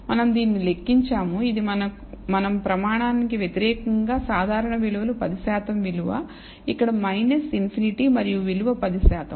మనం దీనిని లెక్కించాము ఇది మనం ప్రమాణానికి వ్యతిరేకంగా సాధారణ విలువలు 10 శాతం విలువ ఇక్కడ ∞ మరియు విలువ 10 శాతం